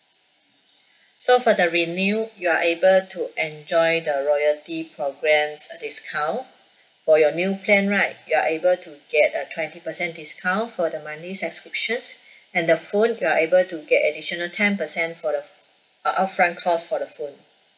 so for the renew you you are able to enjoy the royalty programs uh discount for your new plan right you are able to get a twenty percent discount for the monthly subscriptions and the phone you are able to get additional ten percent for the uh upfront cost for the phone